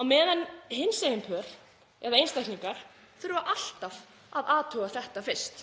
á meðan hinsegin pör eða einstaklingar þurfa alltaf að athuga þetta fyrst